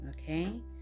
okay